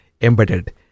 embedded